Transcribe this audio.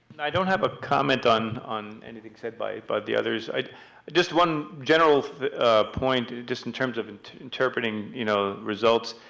i don't have a comment on on anything said by by the others, just one general point, just in terms of and interpreting you know results.